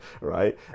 Right